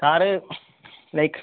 car like